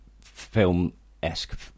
film-esque